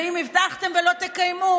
ואם הבטחתם ולא תקיימו,